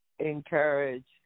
encourage